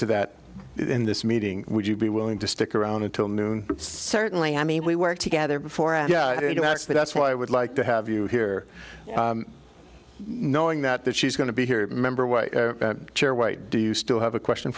to that in this meeting would you be willing to stick around until noon certainly i mean we worked together before and that's that's why i would like to have you here knowing that that she's going to be here member chair white do you still have a question